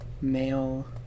male